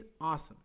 awesome